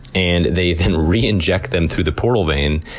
and they then re-inject them through the portal vein,